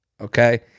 Okay